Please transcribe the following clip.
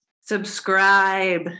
Subscribe